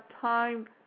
time